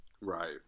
Right